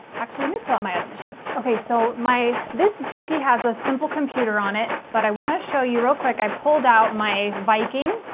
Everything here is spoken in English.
actually, let me pull out my other machine. ok, so this juki has a simple computer on it but i want to show you real quick i pulled out my viking